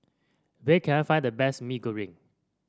where can I find the best Mee Goreng